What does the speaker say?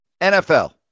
NFL